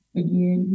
again